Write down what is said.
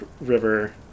River